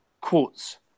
quotes